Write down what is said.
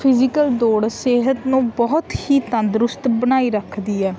physical ਦੌੜ ਸਿਹਤ ਨੂੰ ਬਹੁਤ ਹੀ ਤੰਦਰੁਸਤ ਬਣਾਈ ਰੱਖਦੀ ਹੈ